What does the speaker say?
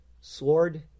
Sword